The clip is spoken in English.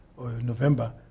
November